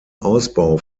ausbau